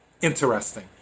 interesting